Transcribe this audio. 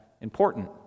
important